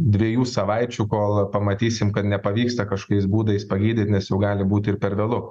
dviejų savaičių kol pamatysim kad nepavyksta kažkokiais būdais pagydyt nes jau gali būti ir per vėlu